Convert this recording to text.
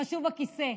חשוב הכיסא.